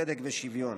צדק ושוויון.